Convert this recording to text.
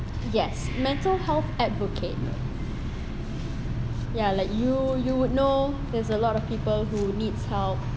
yes mental health advocate ya like you you would know there's a lot of people who needs help